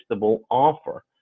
Offer